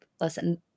listen